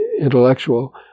intellectual